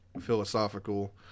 philosophical